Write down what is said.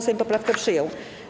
Sejm poprawkę przyjął.